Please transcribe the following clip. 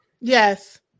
Yes